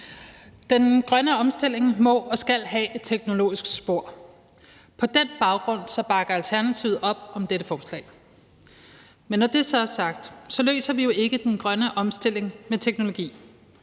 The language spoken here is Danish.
Den grønne omstilling må og skal have et teknologisk spor. På den baggrund bakker Alternativet op om dette forslag. Men når det så er sagt, løser vi jo ikke spørgsmålet om den grønne omstilling med teknologi